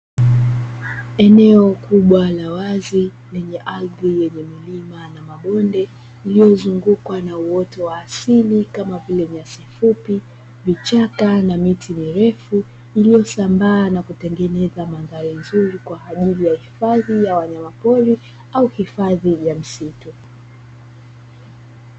Eneo kubwa la wazi lenye ardhi ya milima na mabonde iliyozungukwa na uoto wa asili kama vile: nyasi fupi, vichaka na miti mirefu, iliyosambaa na kutengeneza mandhari nzuri kwa ajili ya hifadhi ya wanyama pori au hifadhi ya msitu.